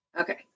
Okay